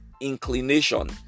inclination